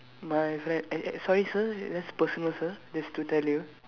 my friend uh uh sorry sir that's personal sir just to tell you